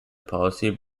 policy